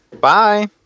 Bye